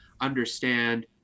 understand